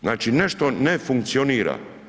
Znači nešto ne funkcionira.